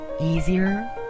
easier